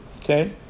Okay